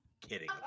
Kidding